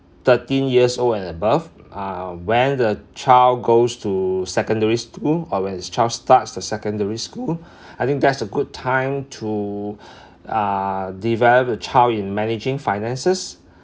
thirteen years old and above um when the child goes to secondary school or when the child starts the secondary school I think that's a good time to uh develop the child in managing finances